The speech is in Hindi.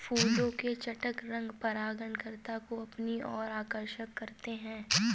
फूलों के चटक रंग परागणकर्ता को अपनी ओर आकर्षक करते हैं